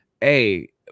Hey